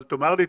אבל תאמר לי,